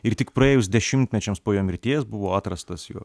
ir tik praėjus dešimtmečiams po jo mirties buvo atrastas jo